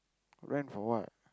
rent for what